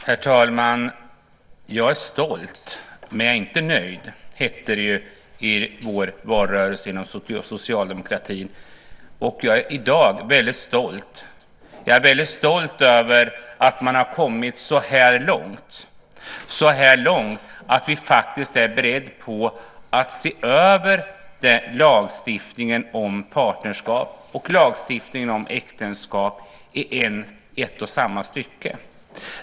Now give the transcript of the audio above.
Herr talman! Jag är stolt, men jag är inte nöjd. Så hette det i vår valrörelse inom socialdemokratin. Jag är i dag väldigt stolt. Jag är väldigt stolt över att vi har kommit så här långt, så långt att vi faktiskt är beredda att se över lagstiftningen om partnerskap och lagstiftningen om äktenskap i ett och samma stycke.